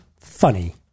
funny